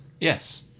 Yes